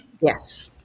Yes